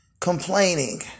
complaining